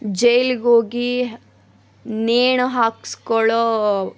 ಜೈಲ್ಗೆ ಹೋಗಿ ನೇಣು ಹಾಕ್ಸ್ಕೊಳ್ಳೋ